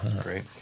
Great